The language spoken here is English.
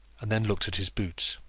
and then looked at his boots.